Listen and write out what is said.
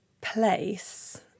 place